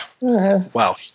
Wow